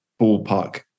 ballpark